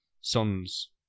songs